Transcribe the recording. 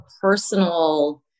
personal